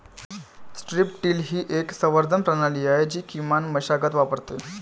strip till ही एक संवर्धन प्रणाली आहे जी किमान मशागत वापरते